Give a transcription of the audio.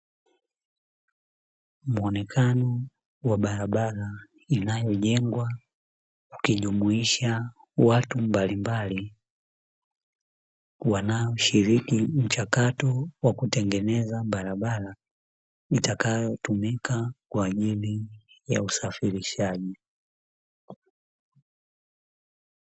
Muonekano wa barabara inayojengwa ikijumuisha watu mbalimbali wanaoshiriki mchakato wa kutengeneza barabara, itakayotumika kwa ajili ya usafirishaji.